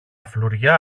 φλουριά